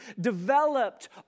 developed